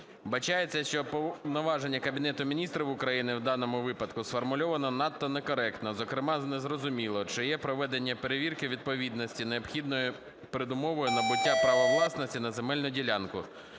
Вбачається, що повноваження Кабінету Міністрів України в даному випадку сформульовано надто некоректно, зокрема незрозуміло, чи є проведення перевірки відповідності, необхідною передумовою набуття права власності на земельну ділянку.